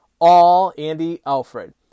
allandyalfred